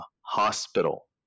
hospital